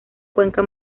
cuenca